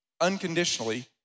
unconditionally